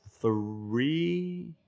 three